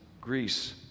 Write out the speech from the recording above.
Greece